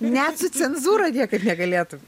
net su cenzūra niekaip negalėtum